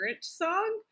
song